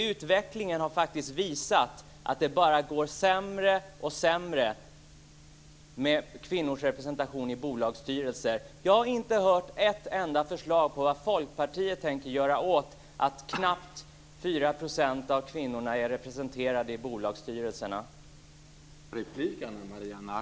Utvecklingen har faktiskt visat att kvinnorepresentationen i bolagsstyrelser bara blir sämre och sämre. Jag har inte en enda gång fått höra vad Folkpartiet tänker göra åt att knappt 4 % av dem som sitter i bolagsstyrelser är kvinnor.